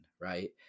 right